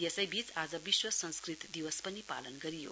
यसैबीच आज विश्व संस्कृत दिवस पनि पालन गरियो